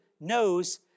knows